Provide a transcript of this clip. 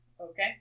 okay